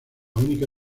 única